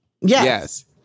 Yes